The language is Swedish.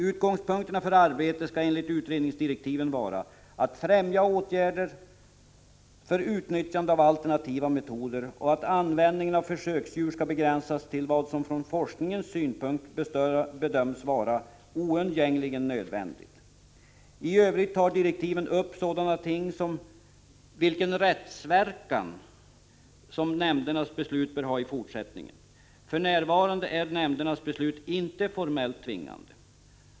Utgångspunkten för arbetet skall enligt utredningsdirektiven vara ati främja åtgärder för utnyttjande av alternativa metoder och att användningen av försöksdjur skall begränsas till vad som från forskningens synpunkt bedöms vara oundgängligen nödvändigt. I övrigt tar direktiven upp sådana ting som vilken rättsverkan som nämndernas beslut bör ha i fortsättningen. För närvarande är nämndernas beslut inte formellt tvingande.